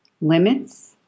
limits